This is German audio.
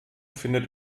findet